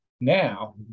now